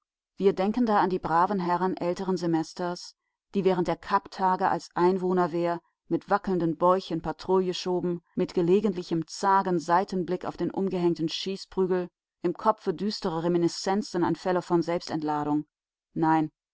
wir denken da an die braven herren älteren semesters die während der kapp-tage als einwohnerwehr mit wackelnden bäuchen patrouille schoben mit gelegentlichem zagen seitenblick auf den umgehängten schießprügel im kopfe düstere reminiszenzen an fälle von selbstentladung nein